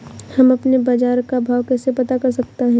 हम अपने बाजार का भाव कैसे पता कर सकते है?